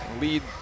lead